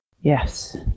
Yes